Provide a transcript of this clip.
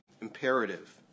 imperative